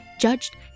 judged